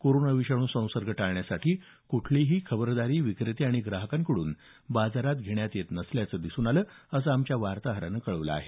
corona विषाणू संसर्ग टाळण्यासाठी कुठलीही खबरदारी विक्रेते आणि ग्राहकांकडून बाजारात घेण्यात येत नसल्याचं दिसून आलं असं आमच्या वार्ताहरानं कळवलं आहे